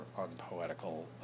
unpoetical